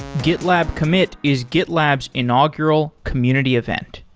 gitlab commit is gitlab's inaugural community event.